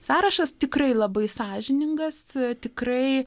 sąrašas tikrai labai sąžiningas tikrai